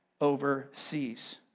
overseas